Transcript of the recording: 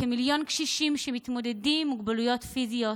וכמיליון קשישים שמתמודדים עם מוגבלויות פיזיות,